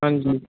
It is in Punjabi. ਹਾਂਜੀ